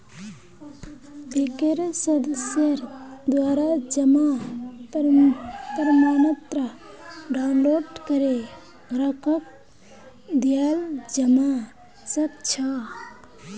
बैंकेर सदस्येर द्वारा जमा प्रमाणपत्र डाउनलोड करे ग्राहकक दियाल जबा सक छह